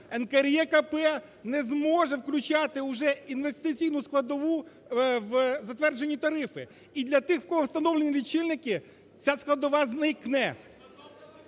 НКРЕКП не зможе включати уже інвестиційну складову в затверджені тарифи. І для тих в кого встановлені лічильники ця складова зникне,